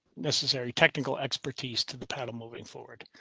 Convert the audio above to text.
necessary technical expertise to the paddle moving forward.